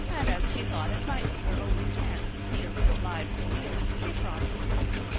and as she thought it might be her only chance to see a real live premier, she promptly took it,